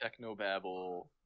Technobabble